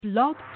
Blog